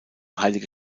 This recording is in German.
heilige